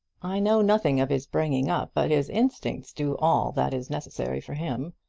i know nothing of his bringing up, but his instincts do all that is necessary for him.